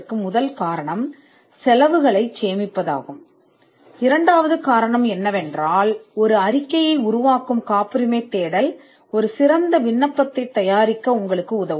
இது ஒரு சமமானதாகும் அல்லது காப்புரிமையின் மதிப்பைப் புரிந்துகொள்வதற்கான ஒரு நடவடிக்கையாக இதைப் பயன்படுத்தலாம் இரண்டாவது காரணம் என்னவென்றால் ஒரு அறிக்கையை உருவாக்கும் காப்புரிமை தேடல் ஒரு சிறந்த பயன்பாட்டை தயாரிக்க உங்களுக்கு உதவும்